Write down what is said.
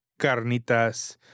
carnitas